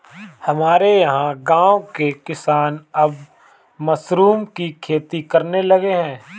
हमारे यहां गांवों के किसान अब मशरूम की खेती करने लगे हैं